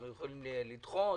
אנחנו יכולים לדחות?